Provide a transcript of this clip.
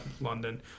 London